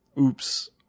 Oops